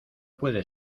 puede